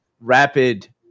rapid –